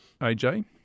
AJ